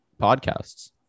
podcasts